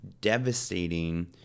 devastating